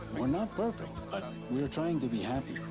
we're not perfect but we are trying to be happy,